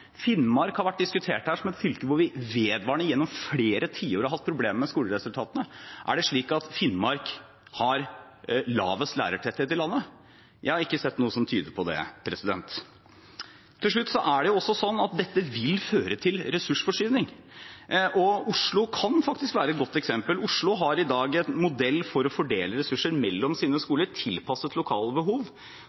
Finnmark har vært diskutert her som et fylke hvor vi vedvarende, gjennom flere tiår, har hatt problemer med skoleresultatene. Har Finnmark lavest lærertetthet i landet? Jeg har ikke sett noe som tyder på det. Til slutt: Dette vil føre til ressursforskyvning, og Oslo kan faktisk være et godt eksempel. Oslo har i dag en modell for å fordele ressurser mellom sine skoler, som er tilpasset lokale behov.